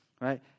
right